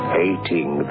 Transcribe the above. hating